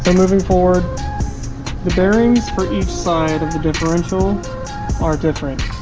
and moving forward the bearings for each side of the differential are different.